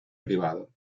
privado